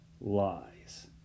lies